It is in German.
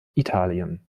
italien